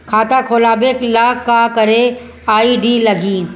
खाता खोलाबे ला का का आइडी लागी?